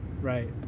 Right